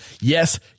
Yes